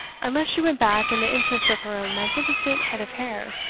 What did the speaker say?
unless she went back in the interests of her own magnificent head of hair.